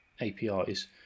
APIs